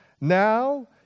Now